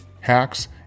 hacks